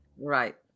right